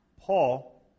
Paul